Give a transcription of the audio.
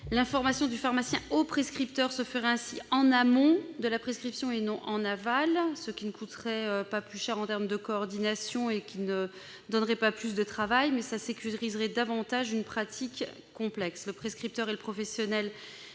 L'information du pharmacien au prescripteur se ferait ainsi en amont de la prescription, et non en aval. Cela ne coûterait pas plus cher en termes de coordination et n'exigerait pas plus de travail, mais sécuriserait davantage une pratique complexe. Le prescripteur est en effet le professionnel